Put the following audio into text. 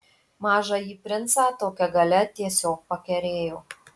mažąjį princą tokia galia tiesiog pakerėjo